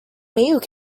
milk